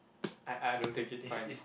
I I don't take it fine